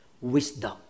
Wisdom